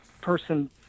person